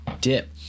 Dip